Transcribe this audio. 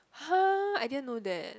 !huh! I didn't know that